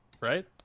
right